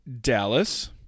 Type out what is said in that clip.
Dallas